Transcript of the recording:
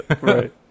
Right